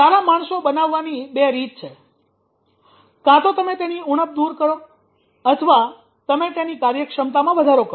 સારા માણસો બનાવવાની બે રીત છે કાં તો તમે તેની ઉણપ દૂર કરો અથવા તમે તેની કાર્યક્ષમતામાં વધારો કરો